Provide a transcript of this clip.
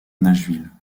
nashville